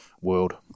world